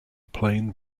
plain